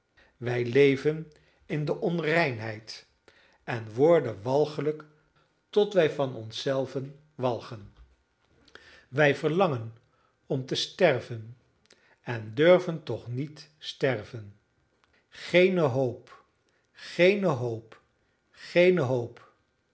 wij leven in de onreinheid en worden walgelijk tot wij van ons zelven walgen wij verlangen om te sterven en durven toch niet sterven geene hoop geene hoop geene hoop